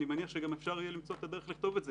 אני מניח שגם אפשר יהיה למצוא את הדרך לכתוב את זה.